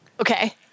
Okay